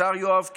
לשר יואב קיש,